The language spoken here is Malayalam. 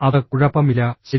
അത് കുഴപ്പമില്ല ശരി